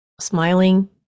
smiling